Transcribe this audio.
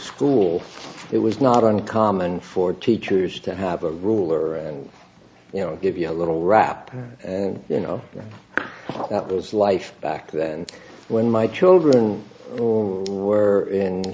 school it was not uncommon for teachers to have a ruler and you know give you a little rap and you know that was life back then when my children were in